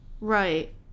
right